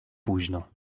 późno